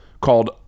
called